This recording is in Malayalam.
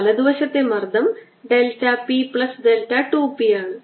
വലതുവശത്തെ മർദ്ദം delta p plus delta 2 p ആണ്